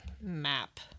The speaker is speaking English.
map